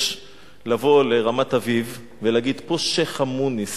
לבוא לרמת-אביב ולהגיד: פה שיח'-מוניס.